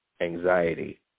anxiety